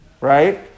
right